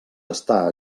està